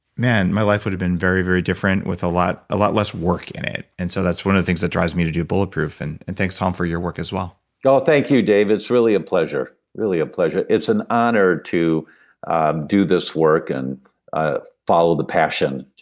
man my life would have been very, very different with a lot a lot less work in it. and so that's one of the things that drives me to do bulletproof, and and thanks, tom, for your work as well well, thank you, dave. it's really a pleasure, really a pleasure. it's an honor to ah do this work and ah follow the passion.